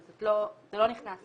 אבל זה לא נכנס פה.